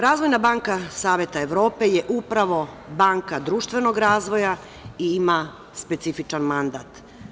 Razvojna banka Saveta Evrope je upravo banka društvenog razvoja i ima specifičan mandat.